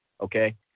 Okay